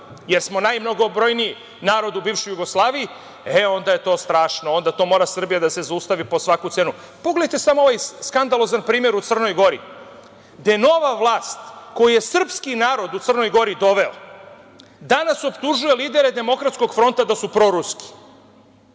jer smo najmnogobrojniji narod u bivšoj Jugoslaviji, onda je to strašno, onda mora Srbija da se zaustavi po svaku cenu. Pogledajte samo ovaj skandalozan primeru Crnoj Gori, gde nova vlast koju je srpski narod u Crnoj Gori doveo, danas optužuje lidere Demokratskog fronta da su proruski.